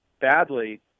badly